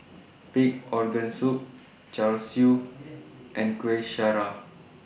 Pig'S Organ Soup Char Siu and Kueh Syara